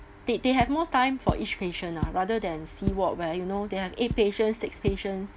they they have more time for each patient ah rather than C ward where you know they have eight patients six patients